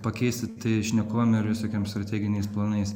pakeisti tai šnekom ir visokiom strateginiais planais